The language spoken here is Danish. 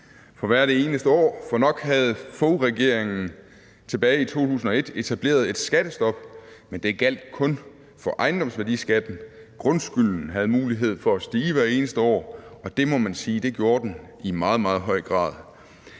for hvert eneste år. Nok havde Foghregeringen tilbage i 2001 etableret et skattestop, men det gjaldt kun for ejendomsværdiskatten. Grundskylden havde mulighed for at stige hvert eneste år, og det må man sige at den gjorde i meget, meget høj grad.